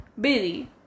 Billy